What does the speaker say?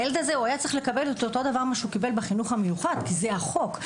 כי הילד היה צריך לקבל את מה שהוא קיבל בחינוך המיוחד כי זה החוק.